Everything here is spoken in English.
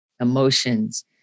emotions